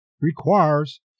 requires